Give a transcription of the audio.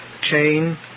chain